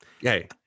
Hey